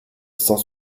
cent